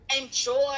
enjoy